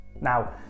Now